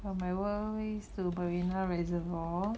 from my work place to marina reservoir